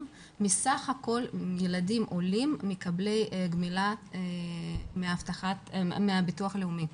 מסך הכול ילדים עולים מקבלי גמלה מהביטוח הלאומי,